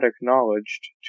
acknowledged